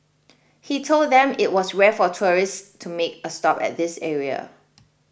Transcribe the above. he told them it was rare for tourists to make a stop at this area